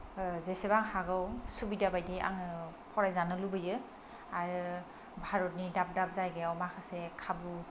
जेसेबां हागौ सुबिदा बायदि आङो फरायजानो लुबैयो आरो भारतनि दाब दाब जायगायाव माखासे खाबु